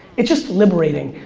it's just liberating,